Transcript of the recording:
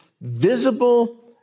visible